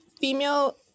female